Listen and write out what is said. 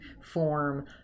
form